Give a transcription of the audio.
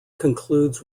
concludes